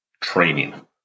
Training